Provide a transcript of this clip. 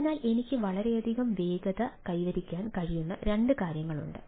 അതിനാൽ എനിക്ക് വളരെയധികം വേഗത കൈവരിക്കാൻ കഴിയുന്ന രണ്ട് കാര്യങ്ങളുണ്ട്